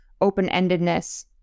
open-endedness